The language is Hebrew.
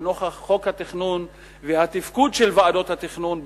לנוכח חוק התכנון והתפקוד של ועדות התכנון,